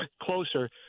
closer